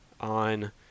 on